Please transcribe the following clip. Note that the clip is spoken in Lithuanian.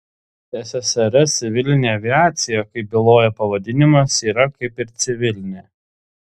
ssrs civilinė aviacija kaip byloja pavadinimas yra kaip ir civilinė